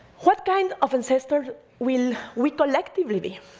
what kind of ancestor will we collectively be?